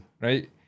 right